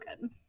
good